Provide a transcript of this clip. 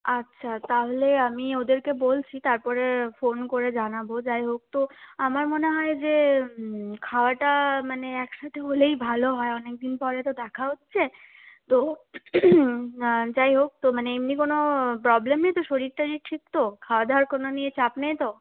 আচ্ছা তাহলে আমি ওদেরকে বলছি তার পরে ফোন করে জানাব যাই হোক তো আমার মনে হয় যে খাওয়াটা মানে একসাথে হলেই ভালো হয় অনেকদিন পরে তো দেখা হচ্ছে তো যাই হোক তো এমনি কোনো প্রবলেম নেই তো শরীর টরীর ঠিক তো খাওয়া দাওয়ার কোনো নিয়ে চাপ নেই তো